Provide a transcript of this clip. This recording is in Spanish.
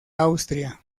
austria